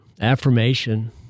affirmation